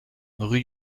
rue